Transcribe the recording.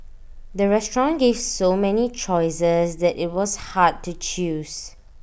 the restaurant gave so many choices that IT was hard to choose